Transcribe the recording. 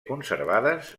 conservades